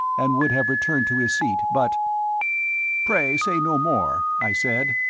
and would have returned to his seat, but pray say no more, i said,